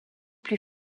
plus